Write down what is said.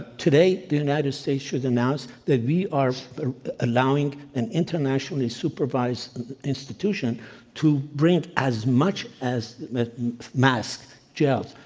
today, the united states should announce that we are allowed and an internationally supervised institution to bring as much as mass, gel,